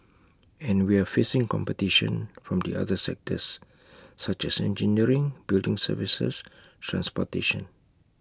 and we're facing competition from the other sectors such as engineering building services transportation